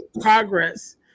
progress